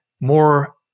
more